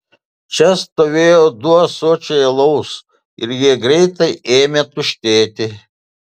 čia stovėjo du ąsočiai alaus ir jie greitai ėmė tuštėti